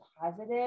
positive